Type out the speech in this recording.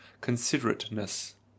considerateness